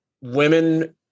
women